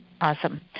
Awesome